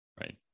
right